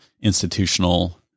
institutional